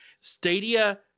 Stadia